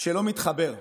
שלא מתחבר.